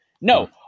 No